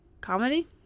comedy